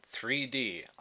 3d